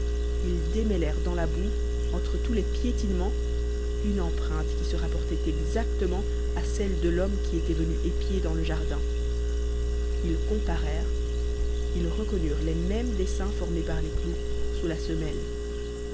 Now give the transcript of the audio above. ils démêlèrent dans la boue entre tous les piétinements une empreinte qui se rapportait exactement à celles de l'homme qui était venu épier dans le jardin ils comparèrent ils reconnurent les mêmes dessins formés par les clous sous la semelle